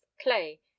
Clay